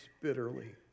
bitterly